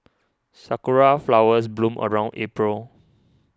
sakura flowers bloom around April